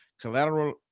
collateral